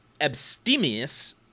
abstemious